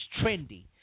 trendy